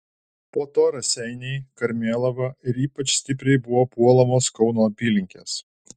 po to raseiniai karmėlava ir ypač stipriai buvo puolamos kauno apylinkės